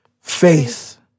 Faith